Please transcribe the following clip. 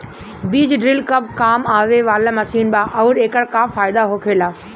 बीज ड्रील कब काम आवे वाला मशीन बा आऊर एकर का फायदा होखेला?